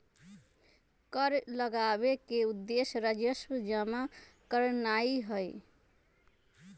कर लगाबेके उद्देश्य राजस्व जमा करनाइ हइ